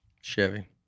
Chevy